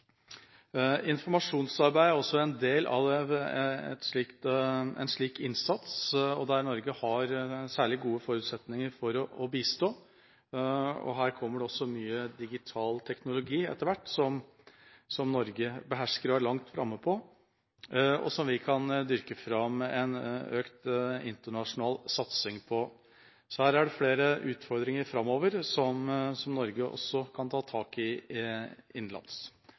Informasjonsarbeid er også en del av en slik innsats, og hvor Norge har særlig gode forutsetninger for å bistå. Her kommer det etter hvert også mye digital teknologi som Norge behersker og er langt framme på, og hvor vi kan dyrke fram en økt internasjonal satsing. Så her er det flere utfordringer framover som Norge også kan ta tak i